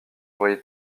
aurais